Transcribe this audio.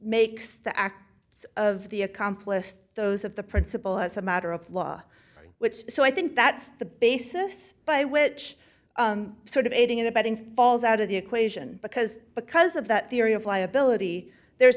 makes the act of the accomplice throws of the principle as a matter of law which so i think that's the basis by which sort of aiding and abetting falls out of the equation because because of that theory of liability there